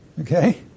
Okay